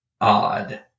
odd